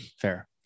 Fair